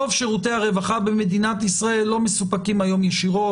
רוב שירותי הרווחה במדינת ישראל לא מסופקים היום ישירות,